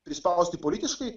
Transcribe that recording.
prispausti politiškai